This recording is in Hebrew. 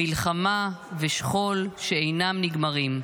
מלחמה ושכול שאינם נגמרים.